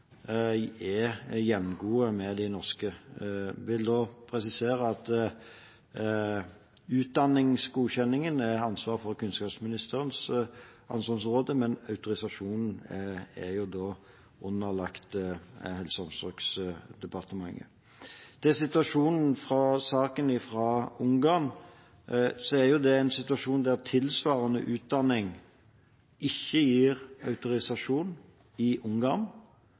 er jevngode med de norske. Jeg vil presisere at utdanningsgodkjenningen er kunnskapsministerens ansvarsområde, men autorisasjonen er underlagt Helse- og omsorgsdepartementet. Til situasjonen i saken fra Ungarn: Det er en situasjon der tilsvarende utdanning ikke gir autorisasjon i